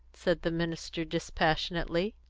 said the minister dispassionately.